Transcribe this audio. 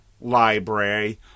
Library